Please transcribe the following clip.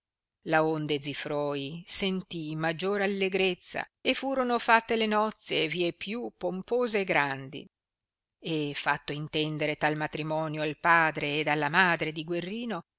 sicilia laonde zifroi sentì maggior allegrezza e furono fatte le nozze vie più pompose e grandi e fatto intendere tal matrimonio al padre ed alla madre di guerrino